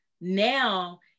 now